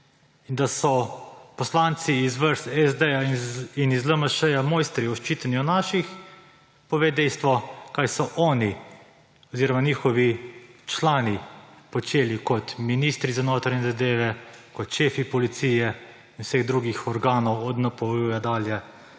In da so poslanci iz vrst SD in iz LMŠ mojstri v ščitenju »naših«, pove dejstvo, kaj so oni oziroma njihovi člani počeli kot ministri za notranje zadeve, kot šefi policije in vseh drugih organov, od NPU dalje,